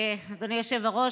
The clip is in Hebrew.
אדוני היושב-ראש,